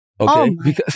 Okay